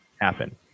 happen